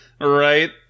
Right